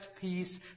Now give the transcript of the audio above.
peace